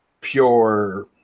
pure